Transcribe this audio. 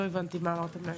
לא הבנתי מה אמרת עליהם.